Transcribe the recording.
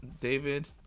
David